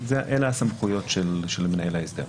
אלה הסמכויות של מנהל ההסדר.